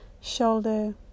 shoulder